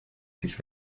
sich